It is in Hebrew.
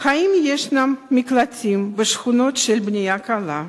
האם ישנם מקלטים בשכונות של הבנייה הקלה,